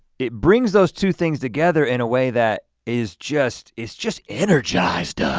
it brings those two things together in a way that is just, it's just energized us.